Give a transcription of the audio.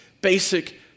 basic